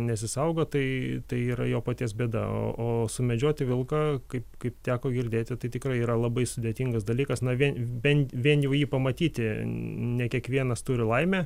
nesisaugo tai tai yra jo paties bėda o o sumedžioti vilką kaip kaip teko girdėti tai tikrai yra labai sudėtingas dalykas na vien bent vien jau jį pamatyti ne kiekvienas turi laimę